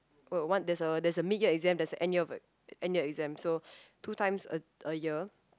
well one there's a there's a mid year exam there's a end of end year exam so two times a a year